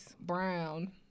brown